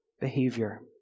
behavior